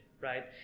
Right